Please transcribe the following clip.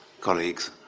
colleagues